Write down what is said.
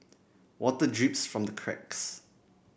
water drips from the cracks